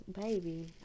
baby